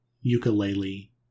Ukulele